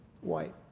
white